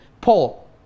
Paul